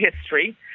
history